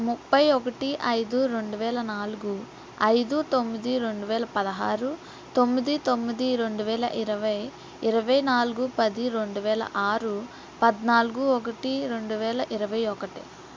ముప్పై ఒకటి ఐదు రెండువేల నాలుగు ఐదు తొమ్మిది రెండువేల పదహారు తొమ్మిది తొమ్మిది రెండువేల ఇరవై ఇరవై నాలుగు పది రెండువేల అరు పద్నాలుగు ఒకటి రెండువేల ఇరవై ఒకటి